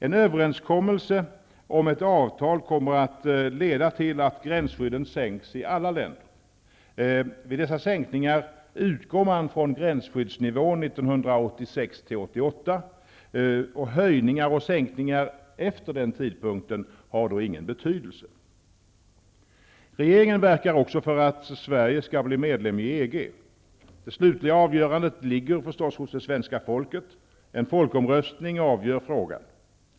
En överenskommelse om ett avtal kommer att leda till att gränsskydden sänks i alla länder. Vid dessa sänkningar utgår man från gränsskyddsnivån 1986--1988. Höjningar och sänkningar efter den tidpunkten har ingen betydelse. Regeringen verkar också för att Sverige skall bli medlem i EG. Det slutliga avgörandet ligger förstås hos det svenska folket. En folkomröstning avgör frågan.